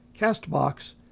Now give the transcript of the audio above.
CastBox